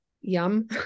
yum